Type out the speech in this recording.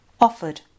offered